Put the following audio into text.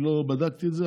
לא בדקתי את זה,